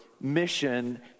mission